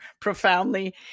profoundly